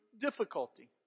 difficulty